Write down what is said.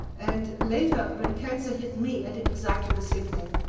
and later, when cancer hit me, i did exactly the same thing.